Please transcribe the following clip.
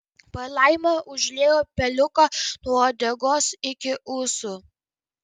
palaima užliejo peliuką nuo uodegos iki ūsų